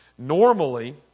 Normally